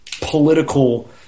political